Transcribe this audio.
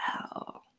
wow